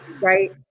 right